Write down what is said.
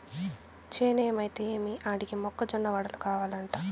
చేనేమైతే ఏమి ఆడికి మొక్క జొన్న వడలు కావలంట